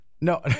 No